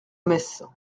messe